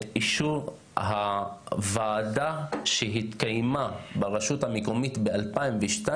אישור הוועדה שהתקיימה ברשות המקומית ב-2002,